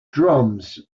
drums